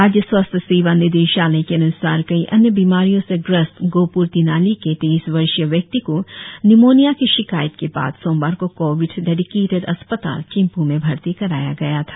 राज्य स्वास्थ्य सेवा निदेशालय के अनुसार कई अन्य बीमारियों से ग्रस्त गोहपुर तिनाली के तेईस वर्षीय व्यक्ति को निमोनिया की शिकायत के बाद सोमवार को कोविड डेडिकेटेड अस्पताल चिंपू में भर्ती कराया गया था